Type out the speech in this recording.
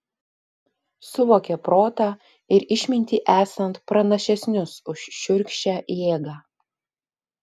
suvokė protą ir išmintį esant pranašesnius už šiurkščią jėgą